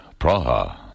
Praha